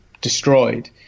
destroyed